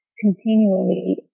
continually